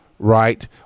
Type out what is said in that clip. right